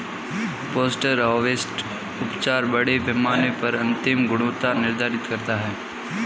post harvest उपचार बड़े पैमाने पर अंतिम गुणवत्ता निर्धारित करता है